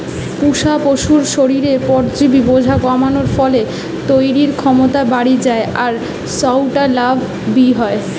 পুশা পশুর শরীরে পরজীবি বোঝা কমানার ফলে তইরির ক্ষমতা বাড়ি যায় আর সউটা লাভ বি হয়